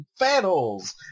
fanholes